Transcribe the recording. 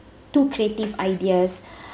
too creative ideas